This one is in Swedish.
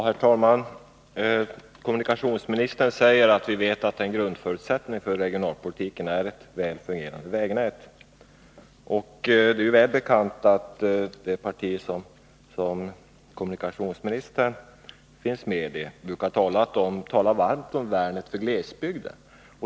Herr talman! Kommunikationsministern säger att vi vet att en grundförutsättning för regionalpolitiken är ett väl fungerande vägnät. Det är väl bekant att det parti som kommunikationsministern tillhör brukar tala varmt om värnet för glesbygden.